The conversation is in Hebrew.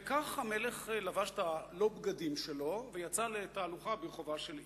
וכך המלך לבש את הלא-בגדים שלו ויצא לתהלוכה ברחובה של עיר.